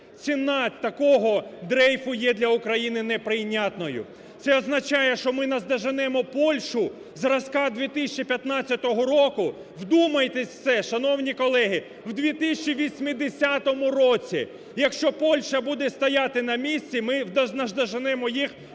Ціна такого дрейфу є для України неприйнятною. Це означає, що ми наздоженемо Польщу зразка 2015 року, вдумайтесь в це, шановні колеги, в 2080 році. Якщо Польща буде стояти на місці, ми доженемо їх